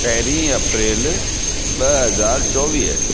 पहिरीं अप्रेल ॿ हज़ार चोवीह